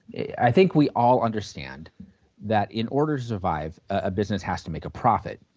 i think we all understand that in order to survive a business has to make a profit.